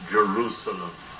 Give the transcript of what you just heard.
Jerusalem